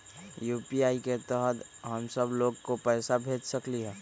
UPI के तहद हम सब लोग को पैसा भेज सकली ह?